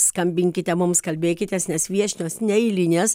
skambinkite mums kalbėkitės nes viešnios neeilinės